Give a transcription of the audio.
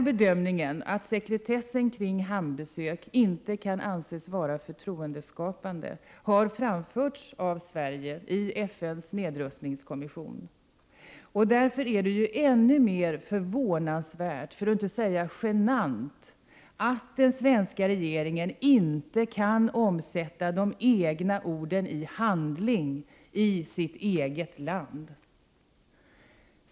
Bedömningen att sekretessen kring hamnbesök inte kan anses vara förtroendeskapande har framförts av Sverige i FN:s nedrustningskommission. Det är därför ännu mer förvånansvärt, för att inte säga genant, att den svenska regeringen inte kan omsätta de egna orden i handling, i sitt eget land.